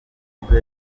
bwe